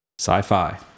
sci-fi